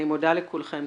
אני מודה לכולכם.